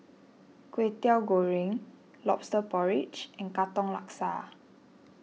Kwetiau Goreng Lobster Porridge and Katong Laksa